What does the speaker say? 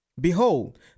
Behold